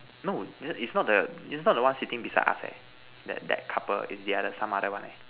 no it's not the it's not the one sitting beside us eh that that couple is the other some other one eh